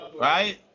right